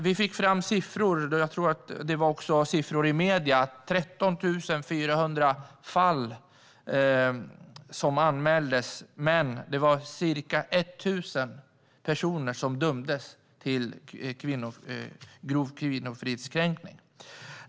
Vi fick fram siffror, och det fanns också siffror i medierna, nämligen att 13 400 fall anmäldes men att det bara var ca 1 000 personer som dömdes för grov kvinnofridskränkning.